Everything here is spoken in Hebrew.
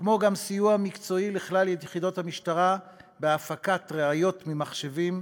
כמו גם סיוע מקצועי לכלל יחידות המשטרה בהפקת ראיות ממחשבים,